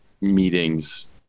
meetings